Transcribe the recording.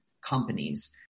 companies